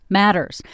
matters